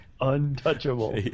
untouchable